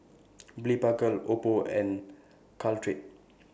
Blephagel Oppo and Caltrate